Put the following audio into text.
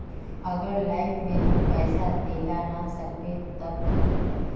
अगर लाइफ में हम पैसा दे ला ना सकबे तब की होते?